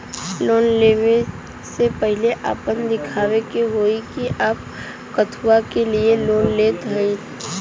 Loan ले वे से पहिले आपन दिखावे के होई कि आप कथुआ के लिए लोन लेत हईन?